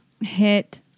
Hit